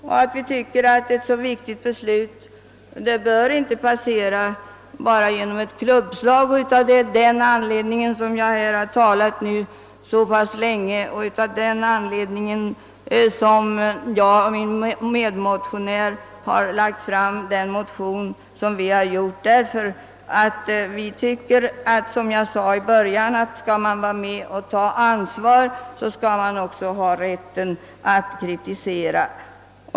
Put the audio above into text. Men jag tycker inte att ett så viktigt beslut som det vi nu skall fatta skall få gå igenom bara med ett klubbslag. Av den anledningen har jag talat så här länge i denna fråga, och det är också därför som min medmotionär och jag har skrivit vår motion. Som jag sade i början tycker vi, att om vi skall vara med och ta ansvar, så skall vi också ha rätt att kritisera.